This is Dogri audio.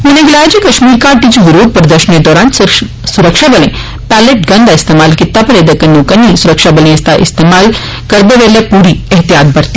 उनें गलाया जे कश्मीर घाटी इच विरोध प्रदर्शनें दौरान सुरक्षाबलें पैलेट गन्ज़ दा इस्तेमाल पर ऐदे कन्नो कन्नी सुरक्षाबलें इसदा इस्तेमाल करदे बेल्ले पूरी ऐहतियात बरती